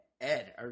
Ed